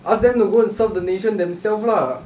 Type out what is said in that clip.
ask them to go and serve the nation themselves lah